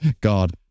God